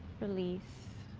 release,